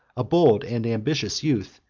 a bold and ambitious youth,